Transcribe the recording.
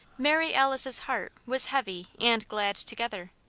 mary alice's heart was heavy and glad together.